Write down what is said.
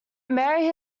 mary